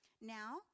now